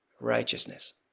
righteousness